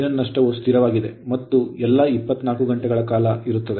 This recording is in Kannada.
ಕಬ್ಬಿಣದ ನಷ್ಟವು ಸ್ಥಿರವಾಗಿದೆ ಮತ್ತು ಎಲ್ಲಾ 24 ಗಂಟೆಗಳ ಕಾಲ ಇರುತ್ತದೆ